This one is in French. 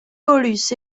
paulus